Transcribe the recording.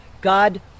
God